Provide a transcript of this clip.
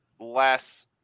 less